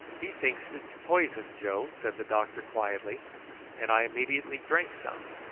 he thinks it is poisoned, joe, said the doctor quietly and i immediately drank some,